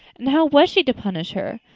and how was she to punish her?